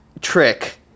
trick